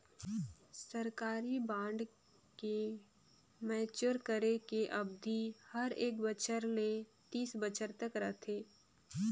सरकारी बांड के मैच्योर करे के अबधि हर एक बछर ले तीस बछर तक रथे